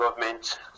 government